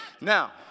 now